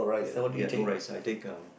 ya ya no rice I take um